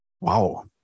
wow